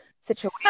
situation